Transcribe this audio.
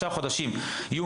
בחודשים עכשיו,